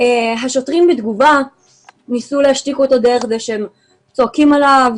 השוטרים בתגובה ניסו להשתיק אותו על ידי כך שהם צעקו עליו,